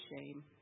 shame